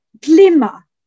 glimmer